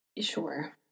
Sure